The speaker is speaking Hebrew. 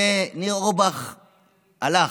וניר אורבך הלך.